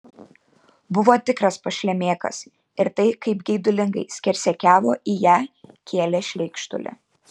buvo tikras pašlemėkas ir tai kaip geidulingai skersakiavo į ją kėlė šleikštulį